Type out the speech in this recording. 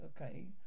okay